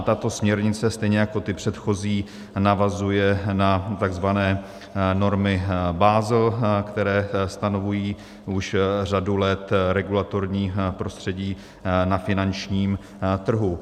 Tato směrnice stejně jako ty předchozí navazuje na takzvané normy Basel, které stanovují už řadu let regulatorní prostředí na finančním trhu.